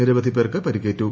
നിരവധി പേർക്ക് പരിക്കേറ്റു